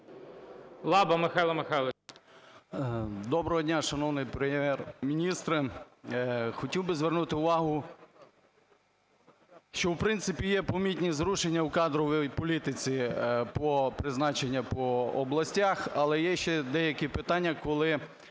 Доброго дня, шановний Прем'єр-міністре. Хотів би звернути увагу, що, в принципі, є помітні зрушення у кадровій політиці по призначенням по областях, але є ще деякі питання, коли